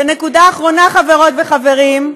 ונקודה אחרונה, חברות וחברים,